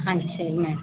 ஆ சரிங்க